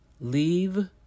leave